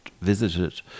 visited